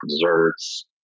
desserts